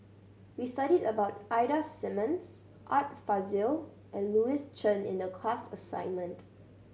we studied about Ida Simmons Art Fazil and Louis Chen in the class assignment